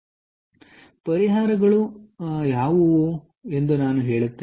ಆದ್ದರಿಂದ ಪರಿಹಾರಗಳು ಯಾವುವು ಎಂದು ನಾನು ಹೇಳುತ್ತೇನೆ